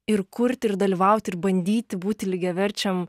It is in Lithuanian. ir kurti ir dalyvauti ir bandyti būti lygiaverčiam